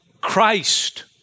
Christ